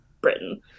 Britain